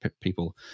people